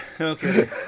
Okay